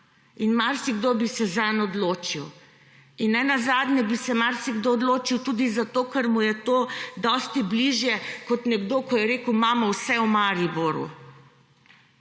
in marsikdo bi se zanj odločil. Nenazadnje bi se marsikdo odločil tudi zato, ker mu je to dosti bližje. Nekdo je rekel, imamo vse v Mariboru.